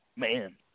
Man